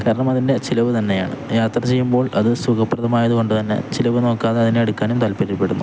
കാരണം അതിൻ്റെ ചിലവ് തന്നെയാണ് യാത്ര ചെയ്യുമ്പോൾ അത് സുഖപ്രദമായത് കൊണ്ട് തന്നെ ചിലവ് നോക്കാത അതിനെ എടുക്കാനും താല്പര്യപ്പെടുന്നു